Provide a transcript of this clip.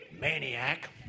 maniac